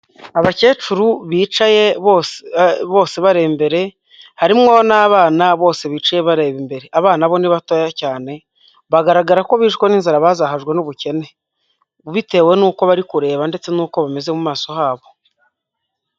Abakecuru bicaye bose bareba imbere, harimwo n'abana bose bicaye bareba imbere. Abana bo ni batoya cyane. Bagaragara ko bishwe n'inzara bazahajwe n'ubukene, bitewe n'uko bari kureba ndetse n'uko bameze mu maso habo.